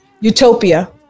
Utopia